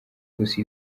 gusa